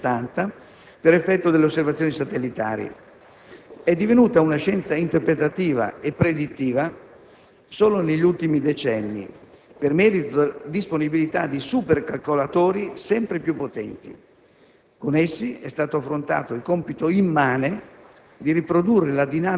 che ha avuto un grande sviluppo a partire dal 1970 per effetto delle osservazioni satellitari. È diventata una scienza interpretativa e predittiva solo negli ultimi decenni per merito della disponibilità di supercalcolatori sempre più potenti.